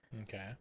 Okay